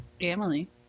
Emily